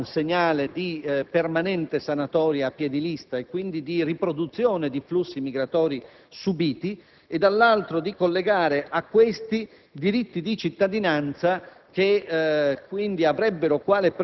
si voglia, da un lato, dare un segnale di permanente sanatoria a piè di lista e quindi di riproduzione di flussi migratori subiti e, dall'altro, collegare a tali flussi diritti di cittadinanza